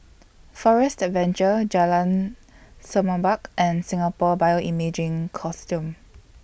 Forest Adventure Jalan Semerbak and Singapore Bioimaging Consortium